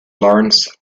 laurence